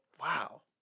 Wow